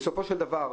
בסופו של דבר,